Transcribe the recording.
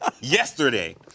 yesterday